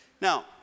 Now